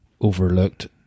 overlooked